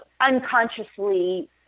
unconsciously